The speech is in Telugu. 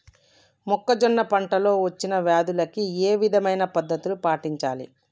మొక్కజొన్న పంట లో వచ్చిన వ్యాధులకి ఏ విధమైన పద్ధతులు పాటించాలి?